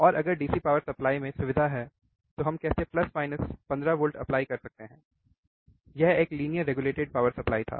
और अगर DC power supply में सुविधा है तो हम कैसे प्लस माइनस 15 वोल्ट अप्लाई कर सकते हैं यह एक लीनियर रेगुलेटेड पावर सप्लाई था